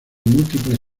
múltiples